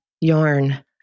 yarn